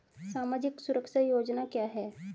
सामाजिक सुरक्षा योजना क्या है?